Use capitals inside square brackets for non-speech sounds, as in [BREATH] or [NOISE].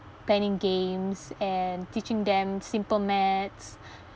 planning games and teaching them simple maths [BREATH]